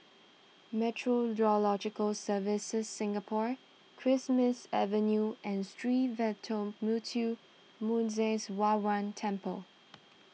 Meteorological Services Singapore Christmas Avenue and Sree Veeramuthu Muneeswaran Temple